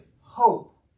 hope